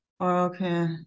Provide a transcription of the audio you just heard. okay